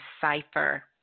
cipher